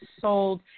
sold